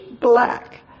black